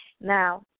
Now